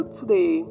today